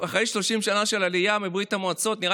אחרי 30 שנה של עלייה מברית המועצות נראה